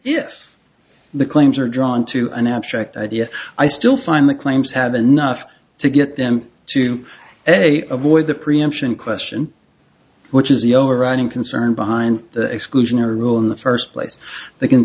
if the claims are drawn to an abstract idea i still find the claims have enough to get them to a avoid the preemption question which is the overriding concern behind the exclusionary rule in the first place they can